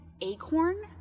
acorn